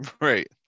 Right